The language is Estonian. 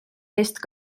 eest